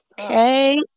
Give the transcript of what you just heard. okay